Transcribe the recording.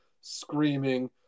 screaming